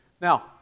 Now